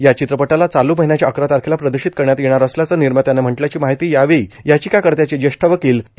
या चित्रपटाला चालू महिन्याच्या अकरा तारखेला प्रदर्शित करण्यात येणार असल्याचं निर्मात्यानं म्हटल्याची माहिती यावेळी याचिकाकर्त्याचे ज्येष्ठ वकिल ए